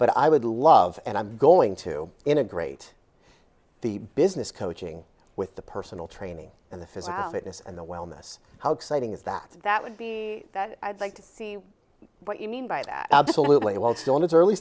but i would love and i'm going to integrate the business coaching with the personal training and the physical fitness and the wellness how exciting is that that would be that i'd like to see what you mean by that absolutely while still in its early